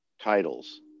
titles